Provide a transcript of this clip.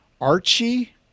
Archie